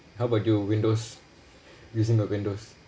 how about you windows using the windows